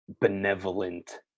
benevolent